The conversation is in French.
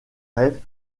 rêve